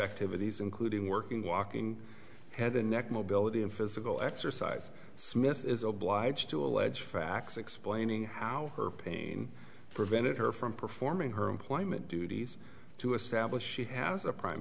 activities including working walking head and neck mobility and physical exercise smith is obliged to allege facts explaining how her pain prevented her from performing her employment duties to establish she has a prime